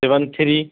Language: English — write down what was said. seven three